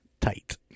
tight